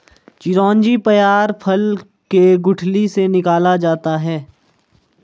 चिरौंजी पयार फल के गुठली से निकाला जाता है